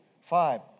five